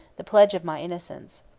the pledge of my innocence.